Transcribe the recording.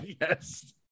yes